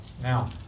Now